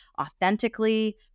authentically